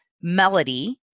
melody